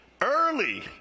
early